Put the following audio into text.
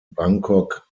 bangkok